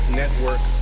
network